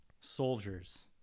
soldiers